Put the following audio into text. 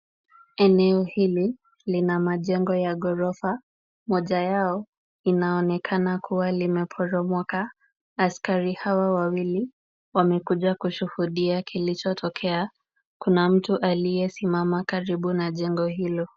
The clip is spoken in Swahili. Eneo hili lina majengo ya ghorofa. Moja yao inaonekana kuwa limeporomoka. Askari hawa wawili wamekuja kushuhudia kilichotokea. Kuna mtu aliyesimama karibu na jengo hilo.